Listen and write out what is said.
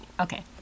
Okay